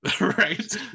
Right